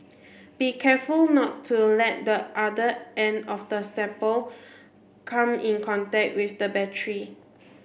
be careful not to let the other end of the staple come in contact with the battery